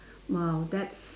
!wow! that's